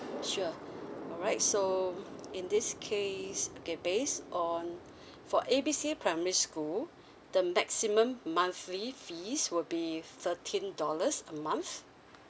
sure alright so in this case okay based on for A B C primary school the maximum monthly fees would be thirteen dollars a month